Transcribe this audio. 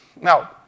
Now